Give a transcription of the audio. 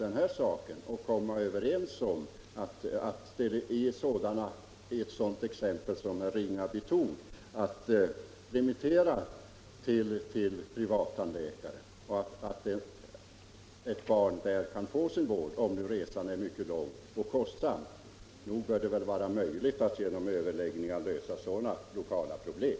Då bör det gå att komma överens om att ett sådant fall som herr Ringaby pekade på skall man remittera till privattandläkare, så att ett barn där kan få sin vård, om nu resan är mycket lång och kostsam. Nog bör det vara möjligt att genom överläggningar lösa sådana lokala problem.